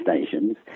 stations